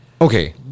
Okay